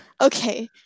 Okay